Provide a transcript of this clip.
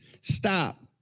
Stop